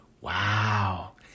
Wow